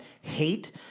hate